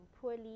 poorly